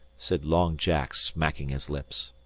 said long jack, smacking his lips.